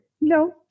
No